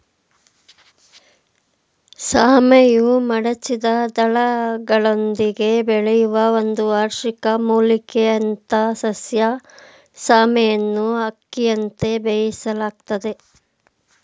ಸಾಮೆಯು ಮಡಚಿದ ದಳಗಳೊಂದಿಗೆ ಬೆಳೆಯುವ ಒಂದು ವಾರ್ಷಿಕ ಮೂಲಿಕೆಯಂಥಸಸ್ಯ ಸಾಮೆಯನ್ನುಅಕ್ಕಿಯಂತೆ ಬೇಯಿಸಲಾಗ್ತದೆ